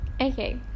Okay